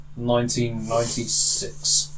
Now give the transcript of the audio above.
1996